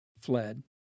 fled